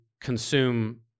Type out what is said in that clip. consume